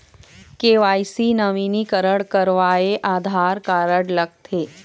KYC नवीनीकरण करवाये Aadhaar card लगथे?